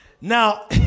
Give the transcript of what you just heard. now